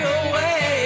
away